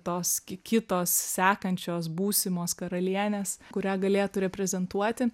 tos ki kitos sekančios būsimos karalienės kurią galėtų reprezentuoti